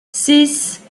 six